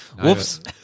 Whoops